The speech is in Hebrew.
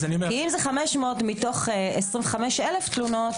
כי אם זה 500 מתוך 25,000 תלונות,